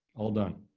all done.